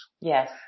Yes